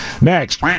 Next